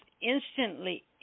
instantly